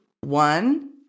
One